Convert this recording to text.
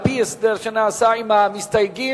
על-פי הסדר שנעשה עם המסתייגים,